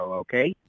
okay